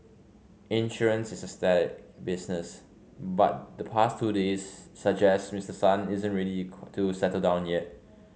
insurance is a staid business but the past two days suggest Mister Son isn't ready to settle down yet